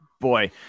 Boy